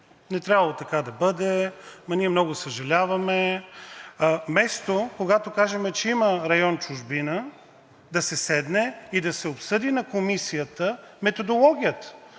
не трябвало така да бъде, ама ние много съжаляваме, вместо когато кажем, че има район „Чужбина“ да се седне и да се обсъди на Комисията методологията.